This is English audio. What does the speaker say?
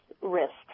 risks